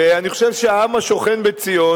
ואני חושב שהעם השוכן בציון,